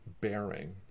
bearing